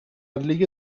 لیگ